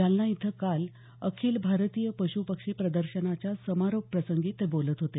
जालना इथं काल अखिल भारतीय पश्पक्षी प्रदर्शनाच्या समारोपप्रसंगी ते बोलत होते